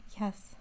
Yes